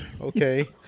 Okay